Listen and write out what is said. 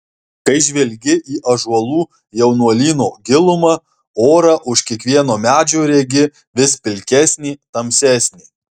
kai žvelgi į ąžuolų jaunuolyno gilumą orą už kiekvieno medžio regi vis pilkesnį tamsesnį